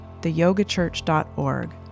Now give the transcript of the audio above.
theyogachurch.org